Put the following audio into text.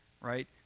right